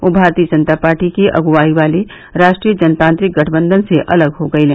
ये भारतीय जनता पार्टी के नेतृत्व वाले राष्ट्रीय जनतांत्रिक गठबंधन से अलग हो रहे हैं